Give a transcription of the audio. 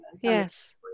Yes